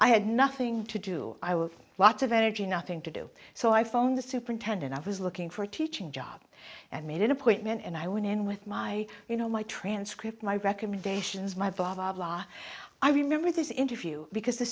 i had nothing to do i was lots of energy nothing to do so i phoned the superintendent i was looking for a teaching job and made an appointment and i went in with my you know my transcript my recommendations my bob law i remember this interview because the